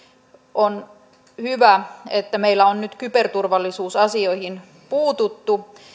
on hyvä että meillä on nyt kyberturvallisuusasioihin puututtu